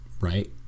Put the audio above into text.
right